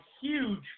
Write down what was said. huge